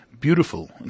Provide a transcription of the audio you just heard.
beautiful